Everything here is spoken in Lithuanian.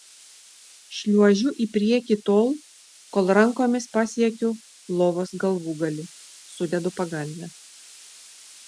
šliuožiu į priekį tol kol rankomis pasiekiu lovos galvūgalį sudedu pagalves